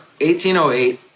1808